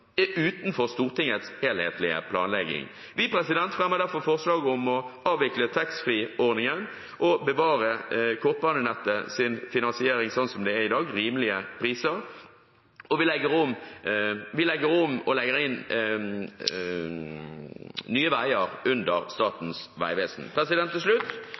er utenfor Stortingets helhetlige planlegging. Vi fremmer derfor forslag om å avvikle taxfreeordningen og bevare kortbanenettets finansiering slik den er i dag med rimelige priser, og vi legger om og legger inn Nye Veier under Statens vegvesen. Til slutt